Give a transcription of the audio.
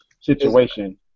situation